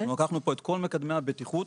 לקחנו פה את כל מקדמי הבטיחות